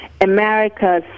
America's